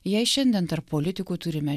jei šiandien tarp politikų turime